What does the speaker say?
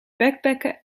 backpacken